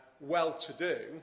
well-to-do